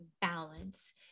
balance